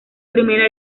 primera